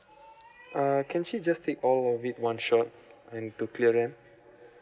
uh can she just take all the week one shot and to clearance